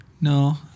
No